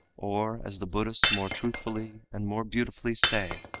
or, as the buddhists more truthfully and more beautifully say,